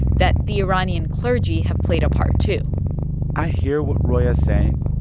that the iranian clergy have played a part too i hear what roya's saying.